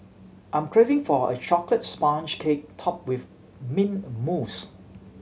I am craving for a chocolate sponge cake top with mint mousse